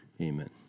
amen